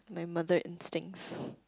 my mother instincts